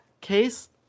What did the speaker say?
case